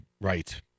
Right